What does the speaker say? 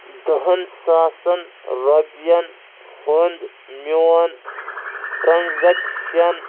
دٔہَن ساسَن رۄپِیَن ہُنٛد میٛون ٹرٛانٛزیکشن